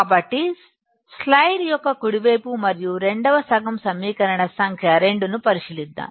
కాబట్టి స్లైడ్ యొక్క కుడి వైపు మరియు రెండవ సగం సమీకరణ సంఖ్య 2 ను పరిశీలిద్దాం